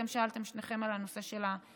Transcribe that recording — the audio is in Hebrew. אתם שאלתם שניכם על הנושא של המורים.